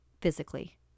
physically